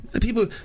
People